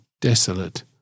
desolate